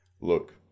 look